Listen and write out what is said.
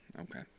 Okay